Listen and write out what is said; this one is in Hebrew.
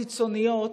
קיצוניות,